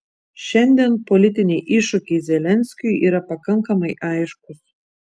šiandien politiniai iššūkiai zelenskiui yra pakankamai aiškūs